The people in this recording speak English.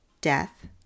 death